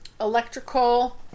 electrical